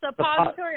suppository